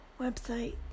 website